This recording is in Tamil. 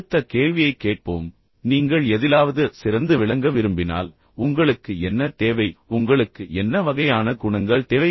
அடுத்த கேள்வியைக் கேட்போம் நீங்கள் எதிலாவது சிறந்து விளங்க விரும்பினால் உங்களுக்கு என்ன தேவை உங்களுக்கு என்ன வகையான குணங்கள் தேவை